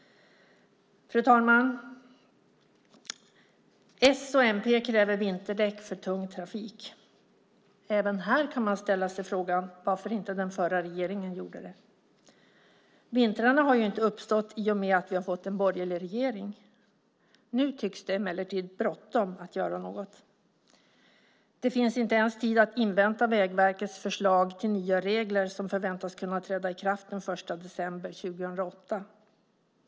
Fru talman! S och mp kräver vinterdäck för tung trafik. Även här kan man ställa sig frågan varför inte den förra regeringen gjorde något. Vintrarna har ju inte uppstått i och med att vi fått en borgerlig regering. Nu tycks det emellertid bråttom att göra något. Det finns inte ens tid att invänta Vägverkets förslag till nya regler, som förväntas kunna träda i kraft den 1 december 2008.